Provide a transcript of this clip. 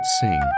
Sing